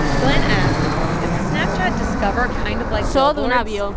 glenn asks is the snapchat discover kind of like billboards?